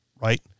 right